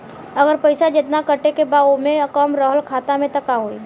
अगर पैसा जेतना कटे के बा ओसे कम रहल खाता मे त का होई?